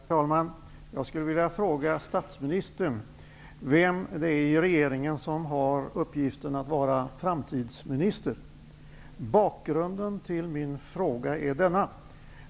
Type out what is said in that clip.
Herr talman! Jag skulle vilja fråga statsministern vem det är i regeringen som har uppgiften att vara framtidsminister. Bakgrunden till min fråga är denna.